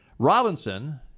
Robinson